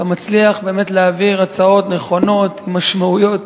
אתה מצליח להעביר הצעות נכונות, עם משמעויות